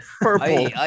purple